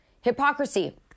Hypocrisy